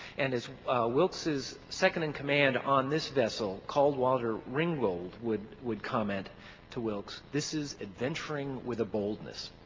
and as wilkes's second-in-command on this vessel called walter ringgold would would comment to wilkes, this is adventuring with a boldness.